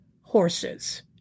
horses